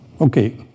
okay